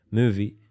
movie